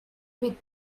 with